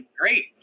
great